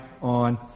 on